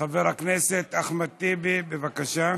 חבר הכנסת אחמד טיבי, בבקשה.